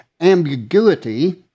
ambiguity